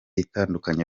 itandukanye